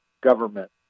government